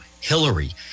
Hillary